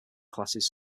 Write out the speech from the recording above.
classes